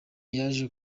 yaje